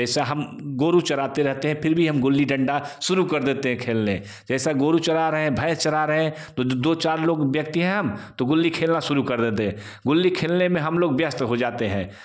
जैसा हम गाय चराते रहते हैं फिर भी हम गिली डंडा शुरू कर देते हैं खेलने जैसा गाय चरा रहे हैं भैंस चरा रहे हैं तो दो चार लोग व्यक्ति हैं तो गिली खेलना शुरू कर देते हैं गिली खेलने में हम लोग व्यस्त हो जाते हैं